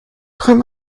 träum